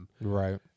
Right